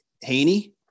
Haney